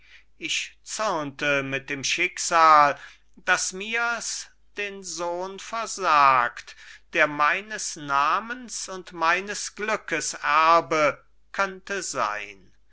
ich zürnte mit dem schicksal daß mirs den sohn versagt der meines namens und meines glückes erbe könnte sein